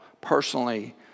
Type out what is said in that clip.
personally